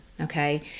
Okay